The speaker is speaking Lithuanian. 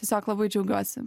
tiesiog labai džiaugiuosi